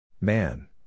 Man